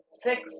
six